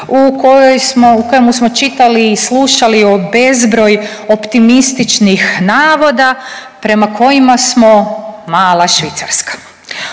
u kojemu smo čitali i slušali o bezbroj optimističnih navoda prema kojima smo mala Švicarska.